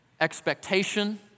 expectation